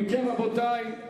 אם כן, רבותי,